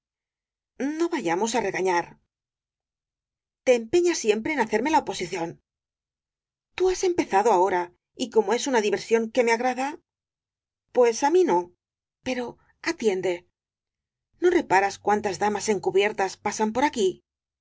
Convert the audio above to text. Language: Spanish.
no vayamos ya á regañar te empeñas siempre en hacerme la oposición t ú has empezado ahora y como es una diversión que me agrada pues á mí no pero atiende no reparas cuántas damas encubiertas pasan por aquí